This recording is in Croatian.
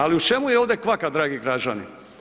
Ali u čemu je ovdje kvaka dragi građani?